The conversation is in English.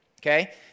okay